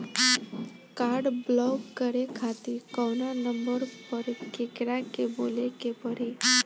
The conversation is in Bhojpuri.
काड ब्लाक करे खातिर कवना नंबर पर केकरा के बोले के परी?